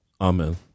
Amen